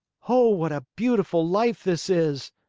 oh, what a beautiful life this is!